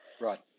Right